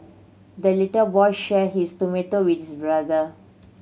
the little boy shared his tomato with his brother